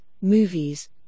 movies